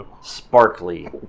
Sparkly